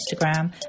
instagram